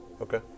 Okay